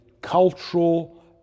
cultural